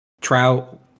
Trout